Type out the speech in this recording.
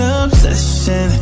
obsession